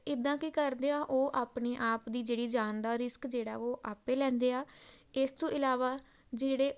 ਇੱਦਾਂ ਕੀ ਕਰਦੇ ਆ ਉਹ ਆਪਣੇ ਆਪ ਦੀ ਜਿਹੜੀ ਜਾਨ ਦਾ ਰਿਸਕ ਜਿਹੜਾ ਉਹ ਆਪੇ ਲੈਂਦੇ ਆ ਇਸ ਤੋਂ ਇਲਾਵਾ ਜਿਹੜੇ